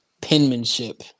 penmanship